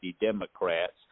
Democrats